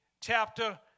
chapter